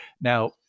Now